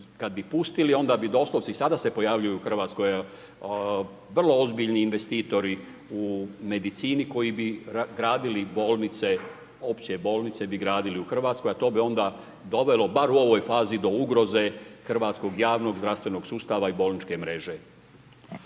kad bi pustili i sada se pojavljuju u Hrvatskoj vrlo ozbiljni investitori u medicini koji bi gradili bolnice, opće bolnice bi gradili u Hrvatskoj, a to bi onda dovelo bar u ovoj fazi do ugroze hrvatskog javnog zdravstvenog sustava i bolničke mreže.